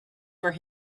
for